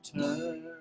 turn